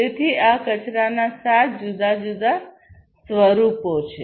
તેથી આ કચરાના સાત જુદા જુદા સ્વરૂપો છે